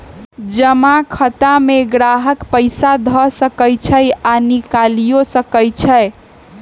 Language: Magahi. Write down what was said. जमा खता में गाहक पइसा ध सकइ छइ आऽ निकालियो सकइ छै